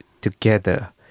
together